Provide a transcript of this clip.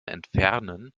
entfernen